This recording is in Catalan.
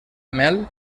mel